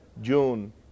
June